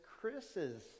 Chris's